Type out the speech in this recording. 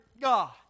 God